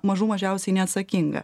mažų mažiausiai neatsakinga